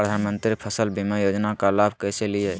प्रधानमंत्री फसल बीमा योजना का लाभ कैसे लिये?